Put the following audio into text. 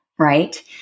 right